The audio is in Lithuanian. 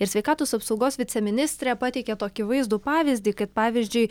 ir sveikatos apsaugos viceministrė pateikė tokį vaizdų pavyzdį kad pavyzdžiui